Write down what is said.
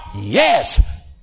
Yes